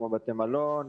כמו בתי מלון,